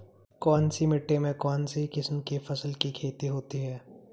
कौनसी मिट्टी में कौनसी किस्म की फसल की खेती होती है?